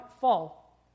fall